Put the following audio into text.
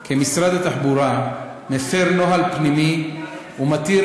כי משרד התחבורה מפר נוהל פנימי ומתיר